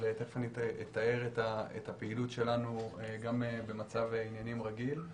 תכף אתאר את הפעילות שלנו, במצב עניינים רגיל.